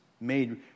made